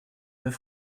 deux